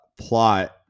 plot